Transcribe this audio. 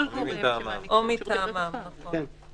או מטעמם, נכון.